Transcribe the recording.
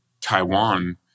Taiwan